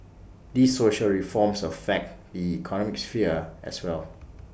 these social reforms affect the economic sphere as well